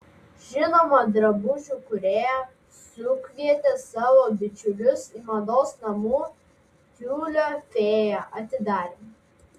žinoma drabužių kūrėja sukvietė savo bičiulius į mados namų tiulio fėja atidarymą